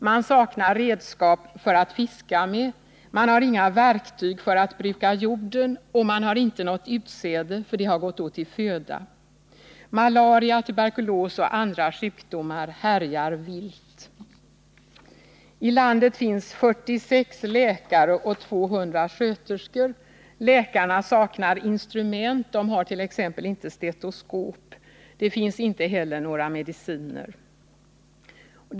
Man saknar redskap att fiska med, man har inga verktyg för att bruka jorden och man har inte något utsäde, för det har gått åt till föda. Malaria, tuberkulos och andra sjukdomar härjar vilt. I landet finns 46 läkare och 200 sköterskor. Läkarna saknar instrument, de hart.ex. inte stetoskop. Det finns inte heller några mediciner.